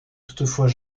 toutefois